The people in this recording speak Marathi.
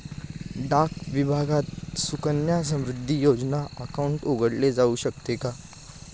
डाक विभागात सुकन्या समृद्धी योजना अकाउंट उघडले जाऊ शकते का?